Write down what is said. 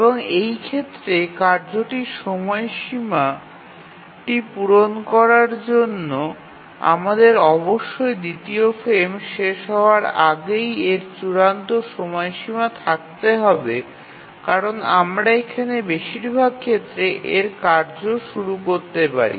এবং এই ক্ষেত্রে কার্যটির সময়সীমাটি পূরণের জন্য আমাদের অবশ্যই দ্বিতীয় ফ্রেম শেষ হওয়ার আগেই এর চূড়ান্ত সময়সীমাটি থাকতে হবে কারণ আমরা এখানে বেশিরভাগ ক্ষেত্রে এর কার্য শুরু করতে পারি